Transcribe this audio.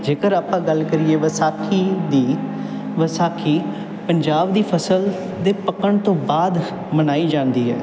ਜੇਕਰ ਆਪਾਂ ਗੱਲ ਕਰੀਏ ਵਿਸਾਖੀ ਦੀ ਵਿਸਾਖੀ ਪੰਜਾਬ ਦੀ ਫਸਲ ਦੇ ਪੱਕਣ ਤੋਂ ਬਾਅਦ ਮਨਾਈ ਜਾਂਦੀ ਹੈ